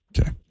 Okay